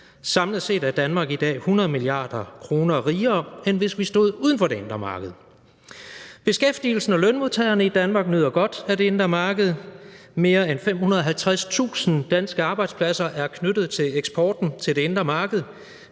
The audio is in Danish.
samlet set er Danmark i dag 100 mia. kr. rigere, end hvis vi stod uden for det indre marked. Beskæftigelsen og lønmodtagerne i Danmark nyder godt af det indre marked, og mere end 550.000 danske arbejdspladser er knyttet til eksporten til det indre marked,